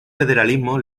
federalismo